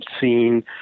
seen